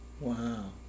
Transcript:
Wow